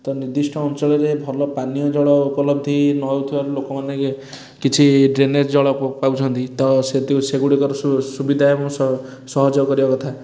ତ ନିର୍ଦ୍ଧିଷ୍ଟ ଅଞ୍ଚଳରେ ଭଲ ପାନୀୟ ଜଳ ଉପଲବ୍ଧି ନ ହେଇଥିବାରୁ ଲୋକମାନେ କିଛି ଡ୍ରେନେଜ୍ ଜଳ ପ ପାଉଛନ୍ତି ତ ସେଗୁଡ଼ିକର ସୁ ସୁବିଧା ଏବଂ ସ ସହଯୋଗ କରିବା କଥା